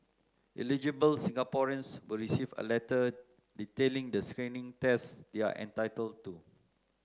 eligible Singaporeans will receive a letter detailing the screening tests they are entitled to